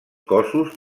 cossos